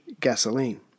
gasoline